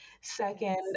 Second